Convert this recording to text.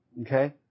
Okay